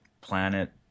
planet